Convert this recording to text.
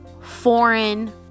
foreign